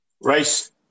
Race